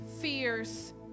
fears